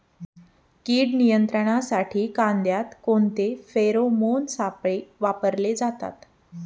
कीड नियंत्रणासाठी कांद्यात कोणते फेरोमोन सापळे वापरले जातात?